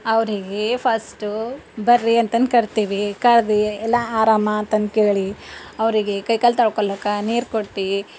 ಅವರಿಗೆ ಫಸ್ಟ್ ಬರ್ರೀ ಅಂತಂದ್ ಕರಿತೀವಿ ಕರ್ರೀ ಎಲ್ಲ ಆರಾಮ ಅಂತಂದ್ ಕೇಳಿ ಅವರಿಗೆ ಕೈಕಾಲು ತೊಳ್ಕೊಳ್ಳಾಕ ನೀರು ಕೊಡ್ತೀವಿ